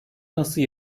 nasıl